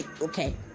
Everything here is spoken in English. okay